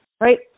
right